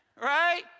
right